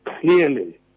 clearly